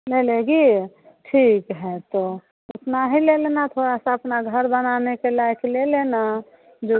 इसमें लेगी ठीक है तो इतना ही ले लेना थोड़ा सा अपना घर बनाने के लायक ले लेना जो